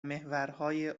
محورهای